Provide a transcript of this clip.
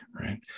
right